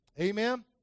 Amen